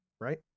right